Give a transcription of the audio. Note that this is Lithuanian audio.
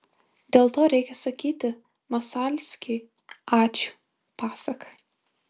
dėl to reikia sakyti masalskiui ačiū pasaka